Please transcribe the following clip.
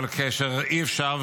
אבל כאשר אי-אפשר,